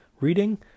reading